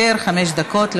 נגד.